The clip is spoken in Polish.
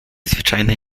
zwyczajne